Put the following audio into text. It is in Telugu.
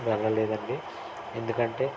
వెళ్ళలేదండి ఎందుకంటే